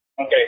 okay